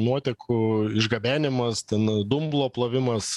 nuotekų išgabenimas ten dumblo plovimas